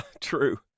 true